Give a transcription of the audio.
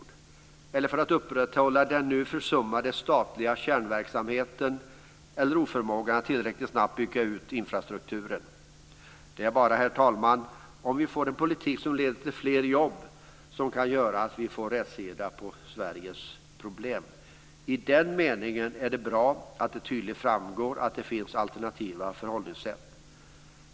Det gäller att upprätthålla den nu försummade statliga kärnverksamheten, och det gäller förmågan att tillräckligt snabbt bygga ut infrastrukturen. Det är, herr talman, bara en politik som leder till fler jobb som kan göra att vi får rätsida på Sveriges problem. I den meningen är det bra att det tydligt framgår att det finns alternativa förhållningssätt.